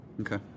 Okay